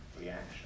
reaction